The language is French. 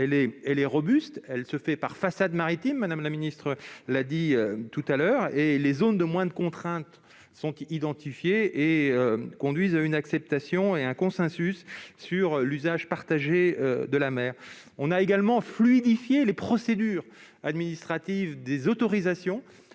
maintenant robuste. Elle se fait par façade maritime, comme Mme la ministre l'a rappelé précédemment, et des zones de moindre contrainte sont identifiées, ce qui conduit à une acceptation et à un consensus sur l'usage partagé de la mer. On a également fluidifié les procédures administratives d'autorisation,